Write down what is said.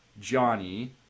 Johnny